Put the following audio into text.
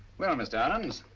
well, mr. ahrens